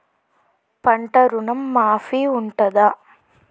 పంట ఋణం మాఫీ ఉంటదా?